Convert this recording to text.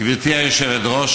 גברתי היושבת-ראש,